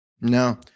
No